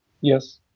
Yes